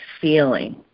feeling